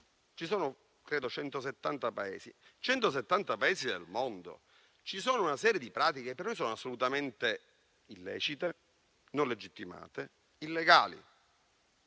Ci sono - credo - 170 Paesi nel mondo, ci sono una serie di pratiche per noi assolutamente illecite, non legittimate, illegali: